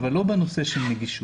אבל לא בנושא של נגישות.